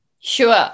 Sure